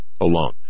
alone